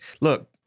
look